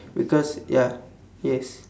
because ya yes